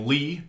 Lee